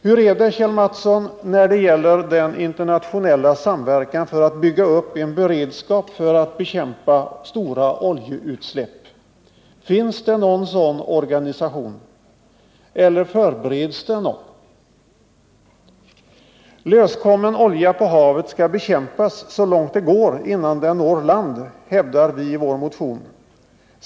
Hur är det, Kjell Mattsson, när det gäller internationell samverkan för att bygga ut beredskapen för att bekämpa stora oljeutsläpp? Finns det någon sådan organisation eller förbereds det någon? Löskommen olja på havet skall bekämpas så långt det går innan den når land, hävdar vi i vår motion.